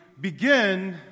begin